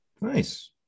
nice